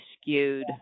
skewed